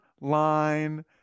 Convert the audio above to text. line